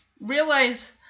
realize